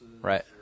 Right